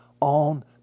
on